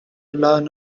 learn